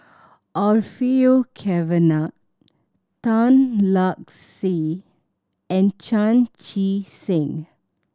Orfeur Cavenagh Tan Lark Sye and Chan Chee Seng